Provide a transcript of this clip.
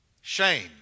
Shame